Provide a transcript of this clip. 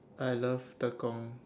I love Tekong